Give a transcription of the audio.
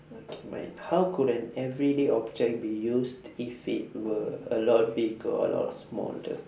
okay mine how could an everyday object be used if it were a lot bigger or smaller